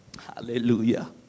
Hallelujah